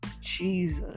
Jesus